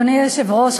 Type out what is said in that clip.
אדוני היושב-ראש,